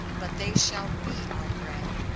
but they shall be our bread.